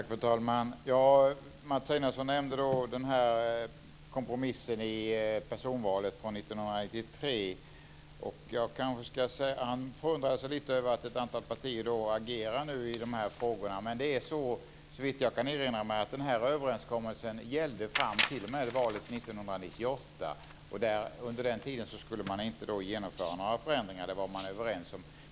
Fru talman! Mats Einarsson nämnde kompromissen i fråga om personvalet från 1993. Han förundrade sig lite över att ett antal partier nu agerar i frågan. Men såvitt jag kan erinra mig gällde överenskommelsen till och med valet 1998. Under tiden fram till dess skulle man inte genomföra några förändringar, det var man överens om.